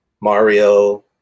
Mario